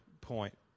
point